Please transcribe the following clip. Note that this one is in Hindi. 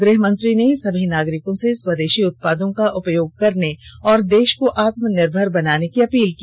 गृहमंत्री ने सभी नागरिकों से स्वदेशी उत्पादों का उपयोग करने और देश को आत्मनिर्भर बनाने की अपील की